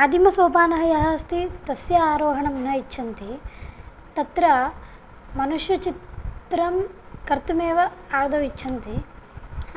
आदिमसोपानः यः अस्ति तस्य आरोहणं न इच्छन्ति तत्र मनुष्यचित्रं कर्तुमेव आदौ इच्छन्ति